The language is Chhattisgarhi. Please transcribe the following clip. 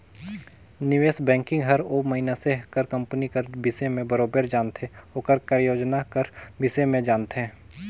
निवेस बैंकिंग हर ओ मइनसे कर कंपनी कर बिसे में बरोबेर जानथे ओकर कारयोजना कर बिसे में जानथे